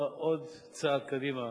הוא עוד צעד קדימה